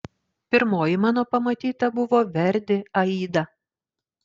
pirmoji mano pamatyta buvo verdi aida